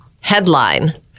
Headline